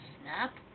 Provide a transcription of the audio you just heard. snap